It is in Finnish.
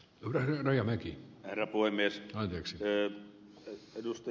turhia rajamäki voi mies joksi se ei ed